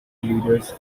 leaders